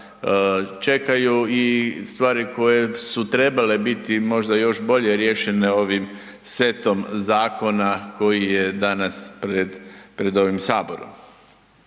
čekaju i stvari koje su trebale biti možda još bolje riješene ovim setom zakona koji je danas pred ovim Saborom.